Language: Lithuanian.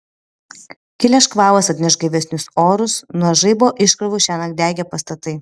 kilęs škvalas atneš gaivesnius orus nuo žaibo iškrovų šiąnakt degė pastatai